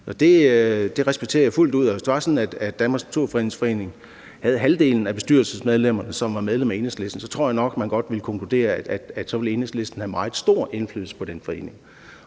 det respekterer jeg fuldt ud. Hvis det var sådan, at Danmarks Naturfredningsforening havde halvdelen af bestyrelsesmedlemmerne, som var medlem af Enhedslisten, så tror jeg nok, at man godt ville kunne konkludere, at så ville Enhedslisten have meget stor indflydelse på den forening.